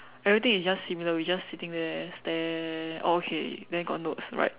everything is just similar we just sitting there stare oh okay then got notes write